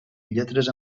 lletres